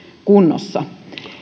kunnossa